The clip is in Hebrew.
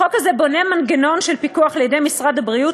החוק הזה בונה מנגנון של פיקוח על-ידי משרד הבריאות